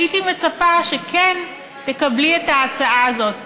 הייתי מצפה שכן תקבלי את ההצעה הזאת.